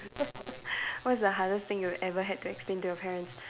what is the hardest thing you ever had to explain to your parents